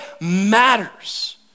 matters